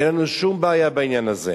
אין לנו שום בעיה בעניין הזה.